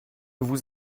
vous